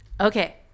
Okay